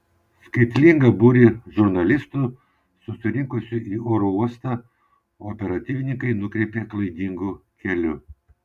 skaitlingą būrį žurnalistų susirinkusių į oro uostą operatyvininkai nukreipė klaidingu keliu